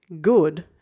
good